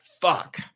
fuck